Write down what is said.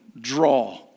draw